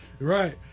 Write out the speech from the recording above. Right